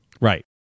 right